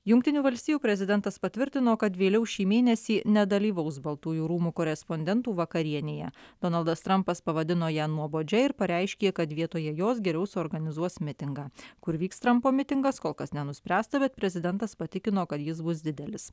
jungtinių valstijų prezidentas patvirtino kad vėliau šį mėnesį nedalyvaus baltųjų rūmų korespondentų vakarienėje donaldas trampas pavadino ją nuobodžia ir pareiškė kad vietoje jos geriau suorganizuos mitingą kur vyks trampo mitingas kol kas nenuspręsta bet prezidentas patikino kad jis bus didelis